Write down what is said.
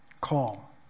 call